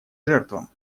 жертвам